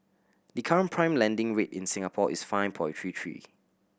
the current prime lending rate in Singapore is five point three three